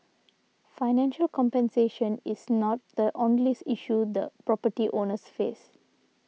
financial compensation is not the only issue the property owners face